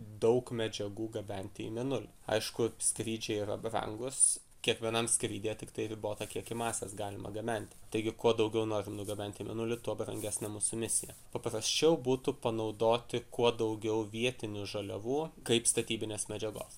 daug medžiagų gabenti į mėnulį aišku skrydžiai yra brangūs kiekvienam skrydyje tiktai ribotą kiekį masės galima gabenti taigi kuo daugiau norim nugabenti į mėnulį tuo brangesnė mūsų misija paprasčiau būtų panaudoti kuo daugiau vietinių žaliavų kaip statybinės medžiagos